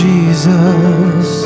Jesus